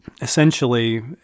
essentially